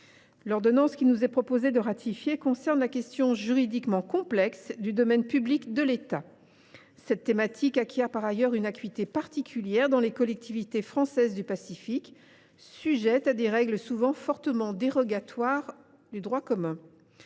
L’ordonnance qu’il nous est proposé de ratifier concerne la question juridiquement complexe du domaine public de l’État. Cette thématique acquiert une acuité particulière dans les collectivités françaises du Pacifique, sujettes à des règles souvent fortement dérogatoires au droit commun.